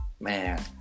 man